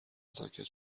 ساکت